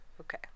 okay